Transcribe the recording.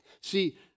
See